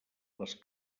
les